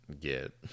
get